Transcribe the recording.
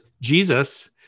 Jesus